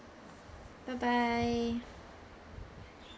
bye bye